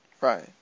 Right